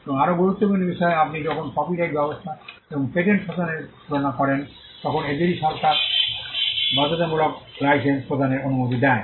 এবং আরও গুরুত্বপূর্ণ বিষয় আপনি যখন কপিরাইট ব্যবস্থা এবং পেটেন্ট শাসনের তুলনা করেন তখন এই দুটি সরকার বাধ্যতামূলক লাইসেন্স প্রদানের অনুমতি দেয়